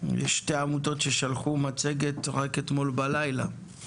ויש שתי עמותות ששלחו מצגת רק אתמול בלילה.